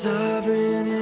Sovereign